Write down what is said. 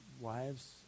wives